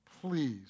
Please